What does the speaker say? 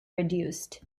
reduced